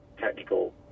technical